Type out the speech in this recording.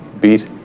beat